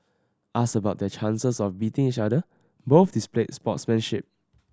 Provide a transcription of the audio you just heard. asked about their chances of beating each other both displayed sportsmanship